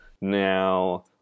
now